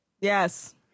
Yes